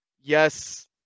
yes